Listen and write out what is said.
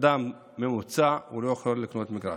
אדם ממוצע לא יכול לקנות מגרש.